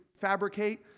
fabricate